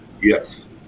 yes